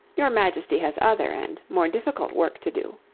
your majesty has other and more difficult work to do.